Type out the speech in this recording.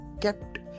kept